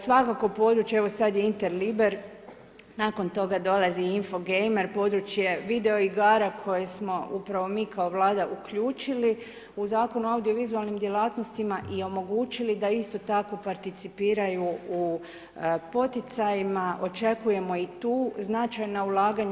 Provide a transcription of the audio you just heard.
Svakako područje, evo sada je Interliber, nakon toga dolazi Infogamer, područje video igara koje smo upravo mi kao Vlada uključili u Zakonu o audiovizualnim djelatnostima i omogućili da isto tako participiraju u poticajima, očekujemo i tu značajna ulaganja.